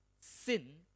sin